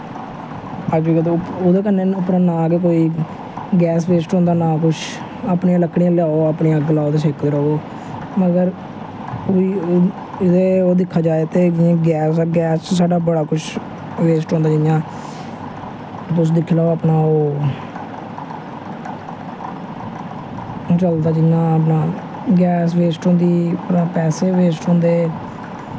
अजकल ते ओह्दै कन्नै अपना नां गै कोई गैस वेस्ट होंदा ना किश अपनै अग्ग लाओ लकड़ियां लाओ ते सेकदे र'वो मगर ओह्दा ओह् दिक्खेआ जाए गैस ते गैस ' साढ़ा बड़ा किश बैस्ट होंदा जि'यां तुस दिक्खी लैओ अपना ओह् चलदा अपनै जियां गैस बेस्ट होंदी कनै पैसे बी बेस्ट होंदे